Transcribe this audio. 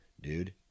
Dude